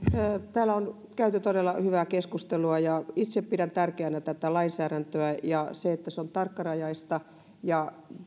täällä on käyty todella hyvää keskustelua itse pidän tärkeänä tätä lainsäädäntöä ja sitä että se on tarkkarajaista ja